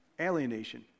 Alienation